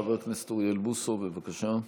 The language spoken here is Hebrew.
חבר הכנסת אוריאל בוסו, בבקשה.